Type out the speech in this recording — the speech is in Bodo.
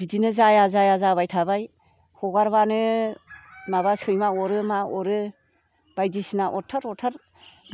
बिदिनो जाया जाया जाबाय थाबाय हगारबानो माबा सैमा अरो मा अरो बायदिसिना अरथार अरथार